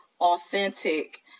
authentic